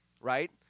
right